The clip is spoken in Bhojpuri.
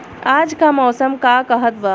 आज क मौसम का कहत बा?